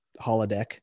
holodeck